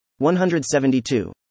172